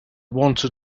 wanted